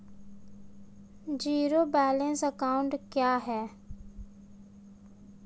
Zero balance account क्या है?